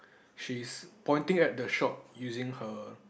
she's pointing at the shop using her